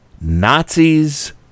Nazis